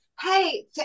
hey